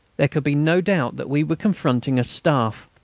there could be no doubt that we were confronting a staff.